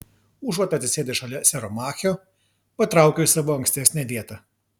užuot atsisėdęs šalia sero machio patraukiau į savo ankstesnę vietą